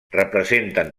representen